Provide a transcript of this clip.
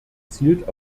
zielt